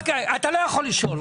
אתה לא יכול לשאול.